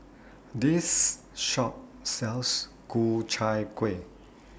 This Shop sells Ku Chai Kueh